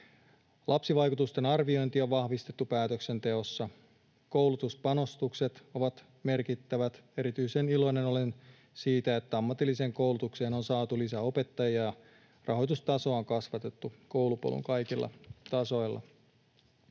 Lapsivaikutusten arviointia on vahvistettu päätöksenteossa. Koulutuspanostukset ovat merkittävät. Erityisen iloinen olen siitä, että ammatilliseen koulutukseen on saatu lisää opettajia ja rahoitustasoa on kasvatettu koulupolun kaikilla tasoilla.